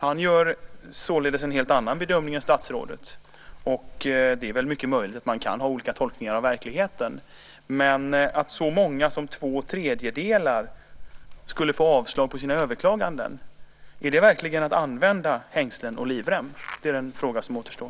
Han gör således en helt annan bedömning än statsrådet. Det är väl mycket möjligt att man kan ha olika tolkningar av verkligheten. Men att så många som två tredjedelar skulle få avslag på sina överklaganden, är det verkligen att använda hängslen och livrem? Det är den fråga som återstår.